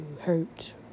hurt